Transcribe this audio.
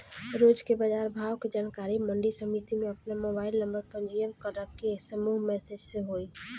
रोज के बाजार भाव के जानकारी मंडी समिति में आपन मोबाइल नंबर पंजीयन करके समूह मैसेज से होई?